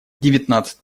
девятнадцать